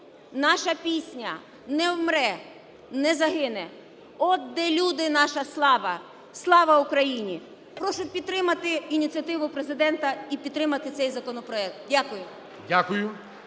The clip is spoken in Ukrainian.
наша пісня не вмре, не загине... От, де люде, наша слава, Слава Україні!". Прошу підтримати ініціативу Президента і підтримати цей законопроект. Дякую.